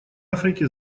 африки